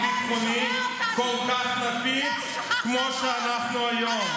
לכן מעולם לא היינו במצב ביטחוני כל כך נפיץ כמו שאנחנו היום.